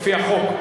לפי החוק.